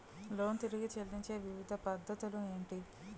Loan తిరిగి చెల్లించే వివిధ పద్ధతులు ఏంటి?